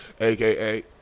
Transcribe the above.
AKA